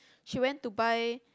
she went to buy